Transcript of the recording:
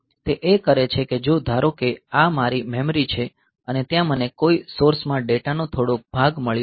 તે એ કરે છે કે જો ધારો આ મારી મેમરી છે અને ત્યાં મને કોઈ સોર્સમાં ડેટાનો થોડો ભાગ મળ્યો છે